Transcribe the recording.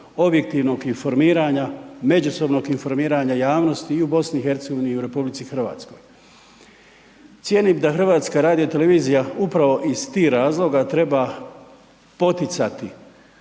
objektivnog informiranja, međusobnog informiranja javnosti i u BiH i u RH. Cijenim da HRT upravo iz tih razloga treba poticati